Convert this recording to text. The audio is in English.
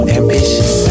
ambitious